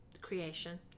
creation